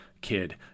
kid